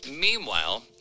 Meanwhile